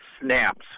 snaps